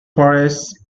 forests